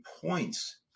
points